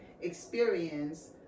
experience